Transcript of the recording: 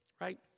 right